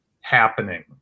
happening